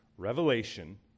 revelation